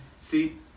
See